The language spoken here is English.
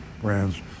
brands